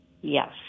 Yes